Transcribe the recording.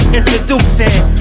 Introducing